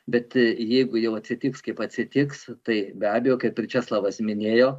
bet jeigu jau atsitiks kaip atsitiks tai be abejo kaip ir česlavas minėjo